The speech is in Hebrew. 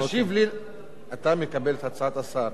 תשיב לי אם אתה מקבל את הצעת השר